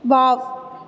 wow